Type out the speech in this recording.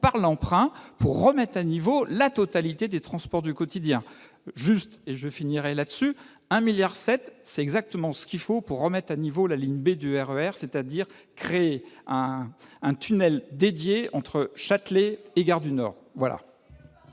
par l'emprunt pour remettent à niveau la totalité des transports du quotidien juste et je finirais là, dessus un milliard 7 c'est exactement ce qu'il faut pour remettre à niveau la ligne B du RER, c'est-à-dire créer un un tunnel dédié entre Châtelet et Gare du Nord voilà.